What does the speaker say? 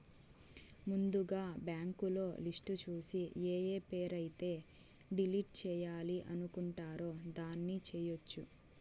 ముందుగా బ్యాంకులో లిస్టు చూసి ఏఏ పేరు అయితే డిలీట్ చేయాలి అనుకుంటారు దాన్ని చేయొచ్చు